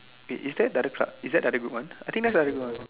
is is that other the club is that another group one I think that's the other group one